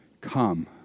Come